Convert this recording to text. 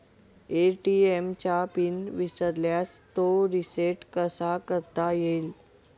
ATM चा pin विसरल्यास तो रिसेट कसा करता येईल?